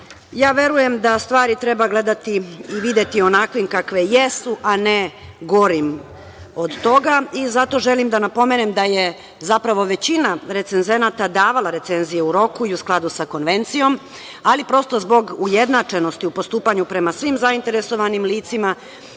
diploma. Verujem da stvari treba gledati i videti onakvim kakve jesu, a ne gore od toga. Zato želim da napomenem da je zapravo većina recenzenata davala recenzije u roku i u skladu sa Konvencijom, ali prosto, zbog ujednačenosti u postupanju prema svim zainteresovanim licima,